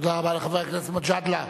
תודה רבה לחבר הכנסת מג'אדלה.